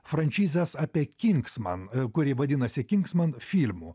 franšizės apie kinksman kuri vadinasi kinksman filmu